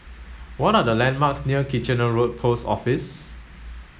what are the landmarks near Kitchener Road Post Office